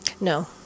No